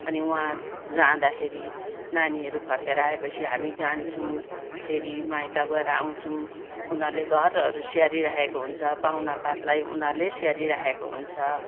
अनि वहाँ जाँदाखेरि नानीहरू फर्किएर आएपछि हामी जान्छौँ फेरि माइत गएर आउँछौँ उनीहरूले घरहरू स्याहारिरहेको हुन्छ पाहुनापातलाई उनीहरूले स्याहारिरहेको हुन्छ